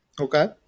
Okay